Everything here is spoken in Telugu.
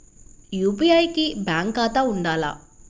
యూ.పీ.ఐ కి బ్యాంక్ ఖాతా ఉండాల?